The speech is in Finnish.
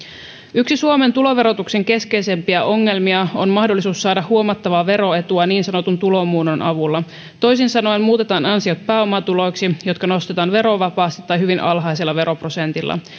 yksi suomen tuloverotuksen keskeisimpiä ongelmia on mahdollisuus saada huomattavaa veroetua niin sanotun tulonmuunnon avulla toisin sanoen muutetaan ansiot pääomatuloiksi jotka nostetaan verovapaasti tai hyvin alhaisella veroprosentilla